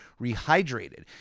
Rehydrated